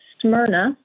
Smyrna